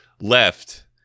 Left